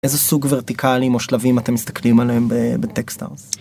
איזה סוג ורטיקלים או שלבים אתם מסתכלים עליהם בטקסטארס.